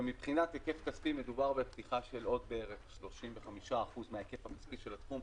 ומבחינת היקף כספי מדובר בפתיחה של עוד בערך 35% מההיקף הכספי של התחום,